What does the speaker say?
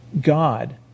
God